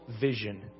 vision